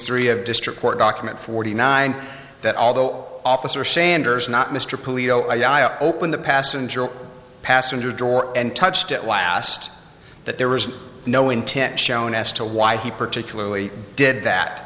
three of district court document forty nine that although officer sanders not mr police opened the passenger passenger door and touched at last that there was no intent shown as to why he particularly did that